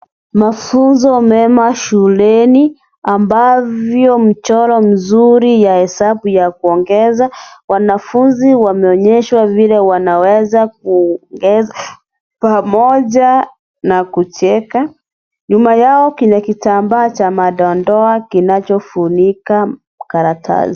Mafunzo mema shuleni a,bapo mchoro mzuri wa picha ya kuongeza. Wanafunzi wanaonyeshwa vile wanaweza kuongeza pamoja na kucheka. Nyuma yao kuna kitambaa cha madoadoa kinachofunika karatasi.